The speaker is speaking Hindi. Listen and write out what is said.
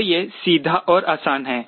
तो यह सीधा और आसान है